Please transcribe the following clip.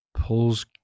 Pulls